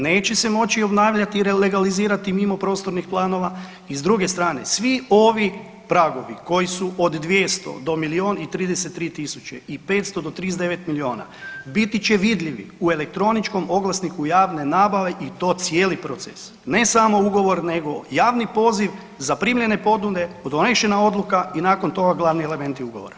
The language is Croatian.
Neće se moći obnavljati i legalizirati mimo prostornih planova i s druge strane, svi ovi pragovi koji su od 200 do milijun i 33 tisuće i 500 do 39 milijuna biti će vidljivi u elektroničkom oglasniku javne nabave i to cijeli proces, ne samo ugovor nego javni poziv, zaprimljene ponude, donešena odluka i nakon toga glavni elementi ugovora.